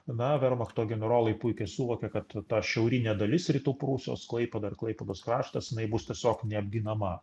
na vermachto generolai puikiai suvokė kad ta šiaurinė dalis rytų prūsijos klaipėda ir klaipėdos kraštas jinai bus tiesiog neapginama